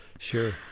Sure